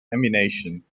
ammunition